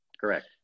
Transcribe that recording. Correct